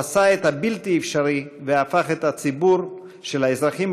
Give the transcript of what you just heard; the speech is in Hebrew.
הוא עשה את הבלתי-אפשרי והפך את הציבור של האזרחים